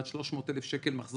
עד 300,000 שקל מחזור,